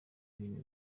ibintu